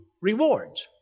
rewards